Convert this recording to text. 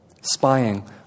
spying